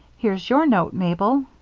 here's your note, mabel.